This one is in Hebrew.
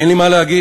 אין לי מה להגיד.